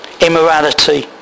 immorality